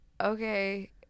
okay